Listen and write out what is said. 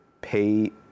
pay